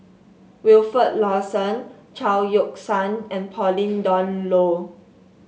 Wilfed Lawson Chao Yoke San and Pauline Dawn Loh